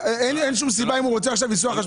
אין שום סיבה אם הוא רוצה עכשיו לנסוע.